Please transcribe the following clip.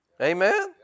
Amen